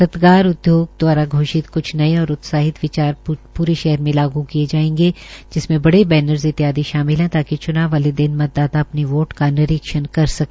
सत्कार उद्योग द्वारा घोषित क्छ नये और उत्साहित प्रे शहर में लागू किये जायेंगे जिसमें बड़े वैनरर्स इत्यादि शामिल है ताकि चुनाव वाले दिन मतदाता अपना वोट का निरीक्षण कर सके